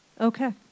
Okay